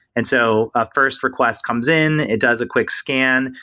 and so ah first request comes in, it does a quick scan,